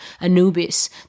Anubis